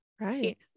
right